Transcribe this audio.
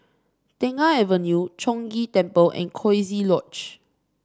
Tengah Avenue Chong Ghee Temple and Coziee Lodge